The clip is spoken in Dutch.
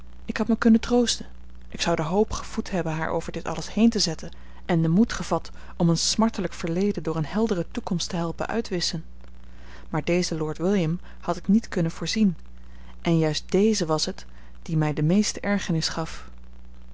ik had mij kunnen troosten ik zou de hoop gevoed hebben haar over dit alles heen te zetten en den moed gevat om een smartelijk verleden door een heldere toekomst te helpen uitwisschen maar dezen lord william had ik niet kunnen voorzien en juist deze was het die mij de meeste ergernis gaf